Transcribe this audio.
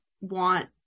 want